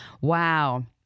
wow